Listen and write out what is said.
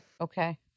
Okay